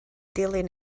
dilyn